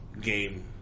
game